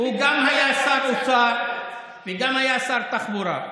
הוא גם היה שר האוצר וגם היה שר התחבורה,